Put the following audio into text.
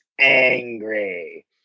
angry